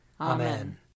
Amen